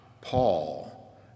Paul